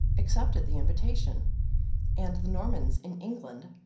accepted the invitation and the normans in england,